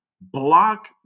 block